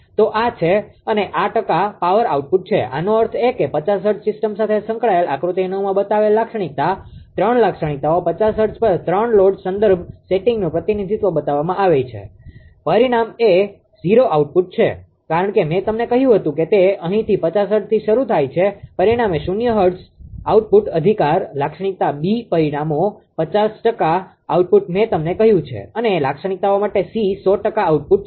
તો આ છે અને આ ટકા પાવર આઉટપુટ છે આનો અર્થ એ કે 50 હર્ટ્ઝ સિસ્ટમ સાથે સંકળાયેલ આકૃતિ 9 માં બતાવેલ લાક્ષણિકતા ત્રણ લાક્ષણિકતાઓ 50 હર્ટ્ઝ પર 3 લોડ સંદર્ભ સેટિંગ્સનું પ્રતિનિધિત્વ બતાવવામાં આવી છે પરિણામ એ 0 આઉટપુટ છે કારણ કે મેં તમને કહ્યું હતું કે તે અહીંથી 50 હર્ટ્ઝથી શરૂ થાય છે પરિણામે 0 આઉટપુટ અધિકાર લાક્ષણિકતા બી પરિણામો 50 ટકા આઉટપુટ મેં તમને કહ્યું છે અને લાક્ષણિકતાઓ માટે સી 100 ટકા આઉટપુટ છે